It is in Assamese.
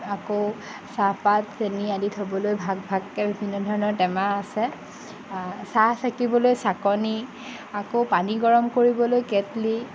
আকৌ চাহপাত চেনি আদি থ'বলৈ ভাগ ভাগকৈ বিভিন্ন ধৰণৰ টেমা আছে চাহ চাকিবলৈ চাকনি আকৌ পানী গৰম কৰিবলৈ কেটলি